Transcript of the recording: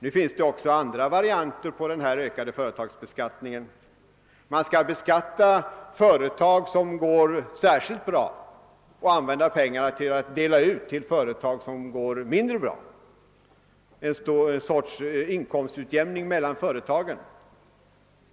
Nu finns det också varianter på denna ökade företagsbeskattning: man skall beskatta företag som går särskilt bra och dela ut pengarna till företag som går mindre bra -—— en sorts inkomstutjämning mellan företagen.